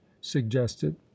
suggested